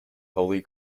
holy